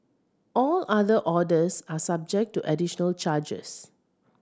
all other orders are subject to additional charges